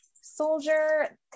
soldier